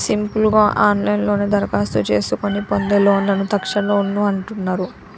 simple గా ఆన్లైన్లోనే దరఖాస్తు చేసుకొని పొందే లోన్లను తక్షణలోన్లు అంటున్నరు